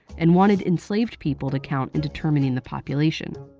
and wanted enslaved people to count in determining the population.